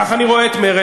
כך אני רואה את מרצ,